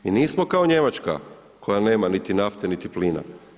Mi nismo kao Njemačka koja nema niti nafte niti plina.